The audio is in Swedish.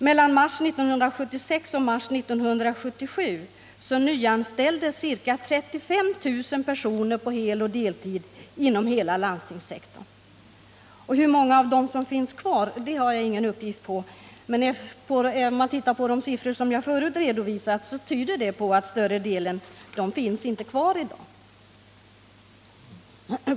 Mellan mars 1976 och mars 1977 nyanställdes ca 35 000 personer på heloch deltid inom hela landstingssektorn. Hur många av dem som finns kvar har jag ingen uppgift på, men de siffror som förut redovisats tyder på att större delen inte finns kvar i dag.